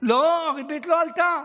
והריבית לא עלתה.